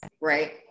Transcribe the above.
right